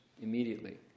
immediately